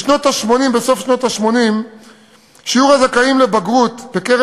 בסוף שנות ה-80 שיעור הזכאים לבגרות בקרב